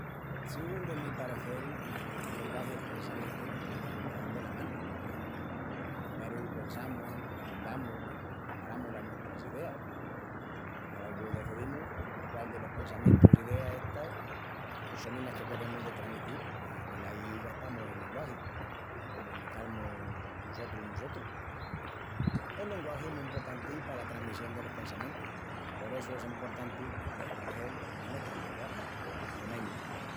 Sigún del mi parecel, el lenguagi i el pensamientu van dela manu. Primeru pensamus i cavildamus, i apreparamus las nuestras ideas. Alogu decedimus quál delos pensamientus i ideas estas sonin las que queremus de tramitil i velaí gastamus el lenguagi, pa comunical-mus nusotrus i nusotrus. El lenguagi es mu emportanti pala tramissión delos pensamientus, por essu es emportanti de protegel la nuestra lengua, l'estremeñu.